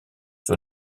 sur